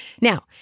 Now